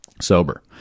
sober